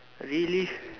really